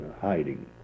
hiding